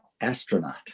astronaut